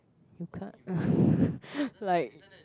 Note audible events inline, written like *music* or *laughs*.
you can't *laughs* like